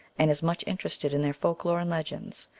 and is much interested in their folk lore and legends,